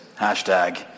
Hashtag